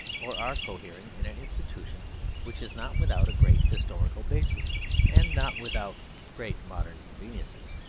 or are cohering, in an institution which is not without a great historical basis and not without great modern conveniences.